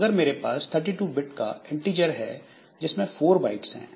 अगर मेरे पास 32 बिट का इन्टिजर है इसमें 4 बाइट्स हैं